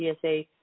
TSA